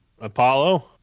Apollo